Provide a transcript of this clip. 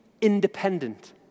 independent